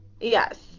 Yes